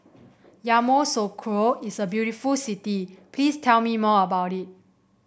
Yamoussoukro is a very beautiful city please tell me more about it